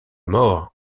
mort